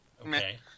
Okay